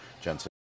Jensen